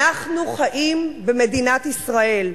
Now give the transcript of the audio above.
אנחנו חיים במדינת ישראל,